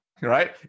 right